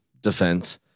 defense